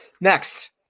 Next